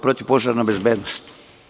Protivpožarna bezbednost.